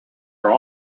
are